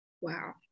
Wow